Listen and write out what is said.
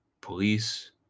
police